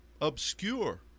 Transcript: obscure